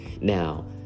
Now